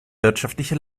wirtschaftliche